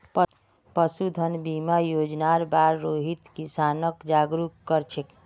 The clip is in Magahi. पशुधन बीमा योजनार बार रोहित किसानक जागरूक कर छेक